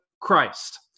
Christ